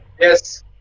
Yes